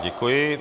Děkuji.